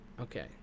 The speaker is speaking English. Okay